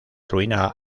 ruina